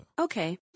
Okay